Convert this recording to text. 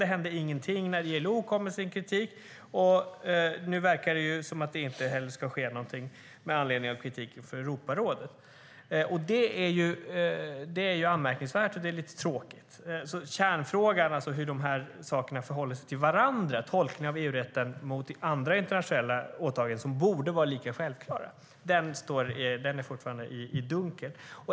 Det hände ingenting när ILO kom med sin kritik, och det verkar inte heller ske något med anledning av kritiken från Europarådet. Det är anmärkningsvärt och tråkigt. Kärnfrågan, hur tolkningen av EU-rätten förhåller sig till andra internationella åtaganden som borde vara lika självklara, är fortfarande höljd i dunkel.